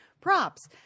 props